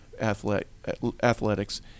athletics